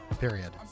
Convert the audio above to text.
Period